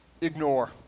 ignore